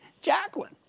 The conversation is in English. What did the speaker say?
Jacqueline